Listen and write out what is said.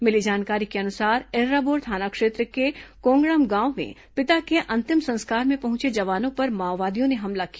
मिली जानकारी के अनुसार एर्राबोर थाना क्षेत्र के कोंगड़म गांव में पिता के अंतिम संस्कार में पहुंचे जवानों पर माओवादियों ने हमला किया